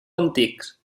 antics